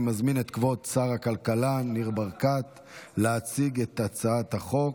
אני מזמין את כבוד שר הכלכלה ניר ברקת להציג את הצעת החוק.